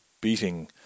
beating